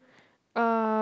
uh